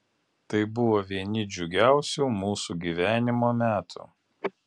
tai buvo vieni džiugiausių mūsų gyvenimo metų